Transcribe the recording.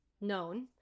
known